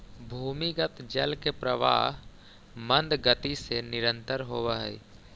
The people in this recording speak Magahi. भूमिगत जल के प्रवाह मन्द गति से निरन्तर होवऽ हई